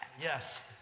Yes